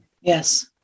Yes